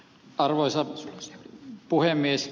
arvoisa puhemies